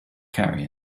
carry